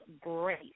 great